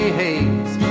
haze